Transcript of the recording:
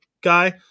guy